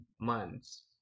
months